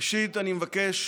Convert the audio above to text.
ראשית, אני מבקש